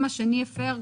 אם השני הפר,